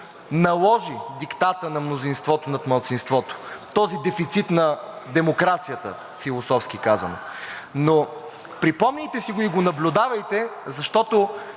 наложи диктата на мнозинството над малцинството. Този дефицит на демокрацията, философски казано. Припомняйте си го и го наблюдавайте, защото